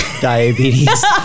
diabetes